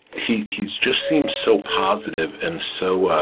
he's he's just seemed so positive, and so